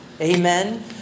Amen